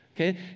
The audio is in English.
okay